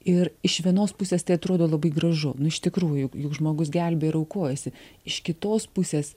ir iš vienos pusės tai atrodo labai gražu nu iš tikrųjų juk juk žmogus gelbėja ir aukojasi iš kitos pusės